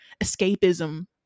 escapism